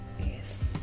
Yes